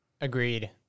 Agreed